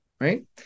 Right